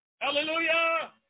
Hallelujah